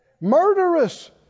Murderous